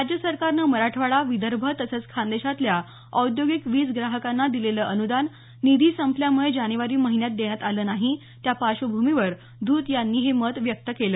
राज्य सरकारनं मराठवाडा विदर्भ तसंच खानदेशातल्या औद्योगिक वीज ग्राहकांना दिलेलं अनुदान निधी संपल्यामुळे जानेवारी महिन्यात देण्यात आलं नाही त्या पार्श्वभूमीवर धूत यांनी हे मत व्यक्त केलं